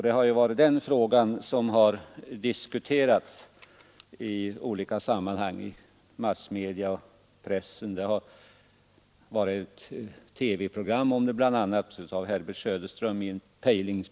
Det är den frågan som har diskuterats i massmedia. Bl. a. tog Herbert Söderström upp den frågan i TV i programmet Pejling.